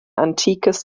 antikes